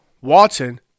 Watson